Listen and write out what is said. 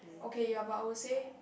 okay you are about I would say